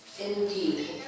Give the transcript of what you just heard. indeed